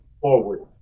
forward